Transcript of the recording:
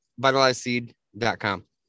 vitalizedseed.com